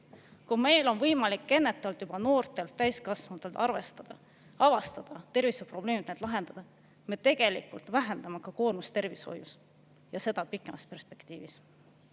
Kui meil on võimalik ennetavalt juba noortel täiskasvanutel avastada terviseprobleemid, need lahendada, siis me tegelikult vähendame koormust tervishoius ja seda pikemas perspektiivis.